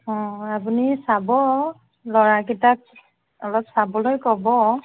অঁ আপুনি চাব ল'ৰাকেইটাক অলপ চাবলৈ ক'ব